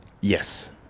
Yes